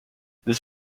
this